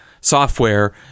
software